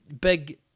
big